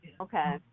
Okay